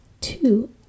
two